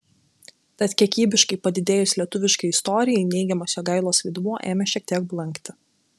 tad kiekybiškai padidėjus lietuviškai istorijai neigiamas jogailos vaidmuo ėmė šiek tiek blankti